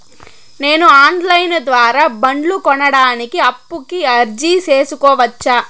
నేను online ద్వారా బండ్లు కొనడానికి అప్పుకి అర్జీ సేసుకోవచ్చా?